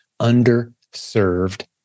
underserved